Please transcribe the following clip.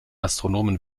astronomen